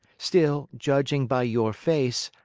still, judging by your face,